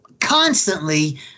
constantly